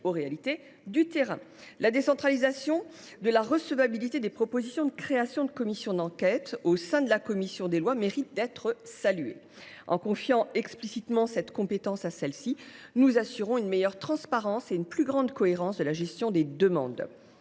aux réalités du terrain. Ensuite, la centralisation de la recevabilité des propositions de commission d’enquête au sein de la commission des lois mérite d’être saluée. En confiant explicitement cette compétence à celle ci, nous assurons une meilleure transparence et une plus grande cohérence de la gestion des demandes.